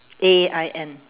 A I N